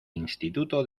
instituto